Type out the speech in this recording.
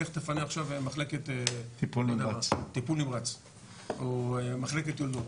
לך תפנה עכשיו מחלקת טיפול נמרץ או מחלקת יולדות.